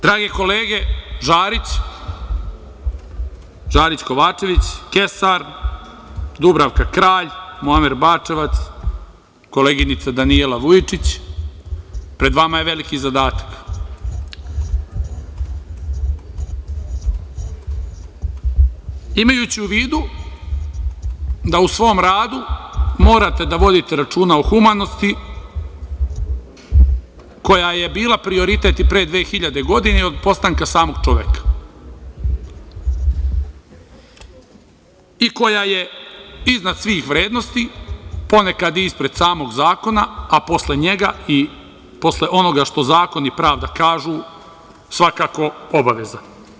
Drage kolege Žarić Kovačević, Kesar, Dubravka Kralj, Muamer Bačevac, koleginica Danijela Vujičić, pred vama je veliki zadatak, imajući u vidu da u svom radu morate da vodite računa o humanosti, koja je bila prioritet i pre 2.000 godina i od postanka samog čoveka i koja je iznad svih vrednosti, ponekad i ispred samog zakona, a posle njega i posle onoga što zakon i pravda kažu svakako obaveza.